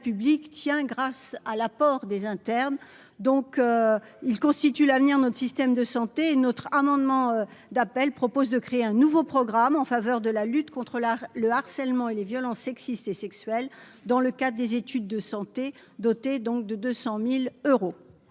public tient grâce à l'apport des internes, donc il constitue l'avenir notre système de santé notre amendement d'appel propose de créer un nouveau programme en faveur de la lutte. Contre la le harcèlement et les violences sexistes et sexuelles dans le cas des études de santé doté donc de 200000 euros.